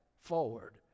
forward